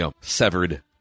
severed